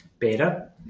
Beta